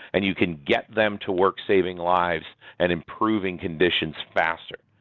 and you can get them to work savings lives and improving conditions faster.